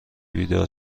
بیدار